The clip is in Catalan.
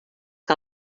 que